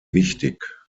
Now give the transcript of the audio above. wichtig